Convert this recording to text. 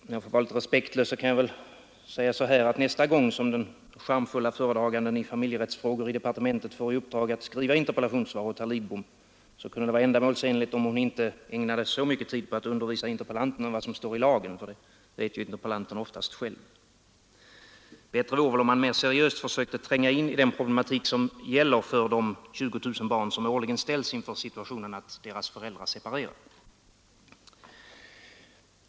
Om jag får vara litet respektlös, kan jag väl säga att nästa gång den charmfulla föredraganden i familjerättsfrågor i departementet får i uppdrag att skriva interpellationssvar åt herr Lidbom kunde det vara ändamålsenligt, om hon inte ägnade så mycket tid åt att undervisa interpellanten om vad som står i lagen — det vet nämligen interpellanten oftast själv. Bättre vore om man mer seriöst försökte tränga i den problematik som gäller för de 20 000 barn som årligen ställs inför situationen att deras föräldrar separerar.